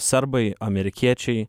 serbai amerikiečiai